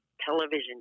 television